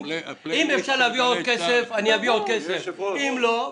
אם נרצה להביא עוד כסף אני אביא עוד כסף אם לא,